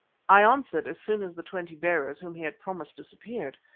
i answered, as soon as the twenty bearers whom he had promised us appeared,